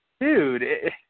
dude